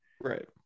Right